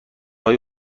های